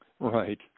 Right